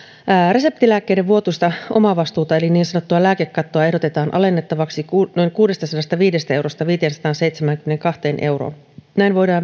reseptilääkkeiden vuotuista omavastuuta eli niin sanottua lääkekattoa ehdotetaan alennettavaksi noin kuudestasadastaviidestä eurosta viiteensataanseitsemäänkymmeneenkahteen euroon näin voidaan